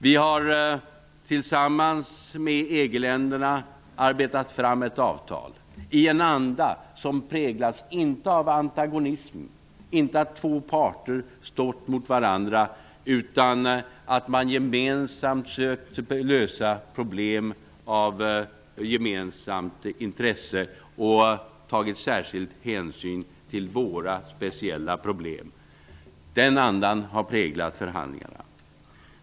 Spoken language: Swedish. Vi har tillsammans med EG-länderna arbetat fram ett avtal i en anda som har präglats, inte av antagonism, inte av att två parter har stått mot varandra utan av att man gemensamt sökt lösa problem av gemensamt intresse, och man har tagit särkild hänsyn till våra speciella problem. Denna anda har präglat förhandlingarna.